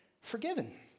forgiven